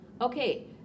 Okay